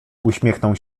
uśmiechnął